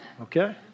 okay